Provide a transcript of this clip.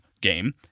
game